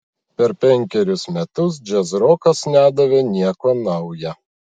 per penkerius metus džiazrokas nedavė nieko nauja